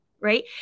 Right